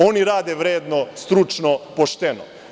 Oni rade vredno, stručno, pošteno.